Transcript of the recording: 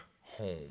home